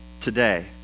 today